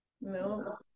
No